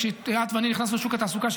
כשאת ואני נכנסנו לשוק התעסוקה,